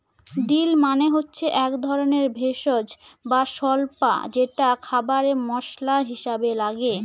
deal মানে হচ্ছে এক ধরনের ভেষজ বা স্বল্পা যেটা খাবারে মশলা হিসাবে লাগে